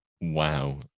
Wow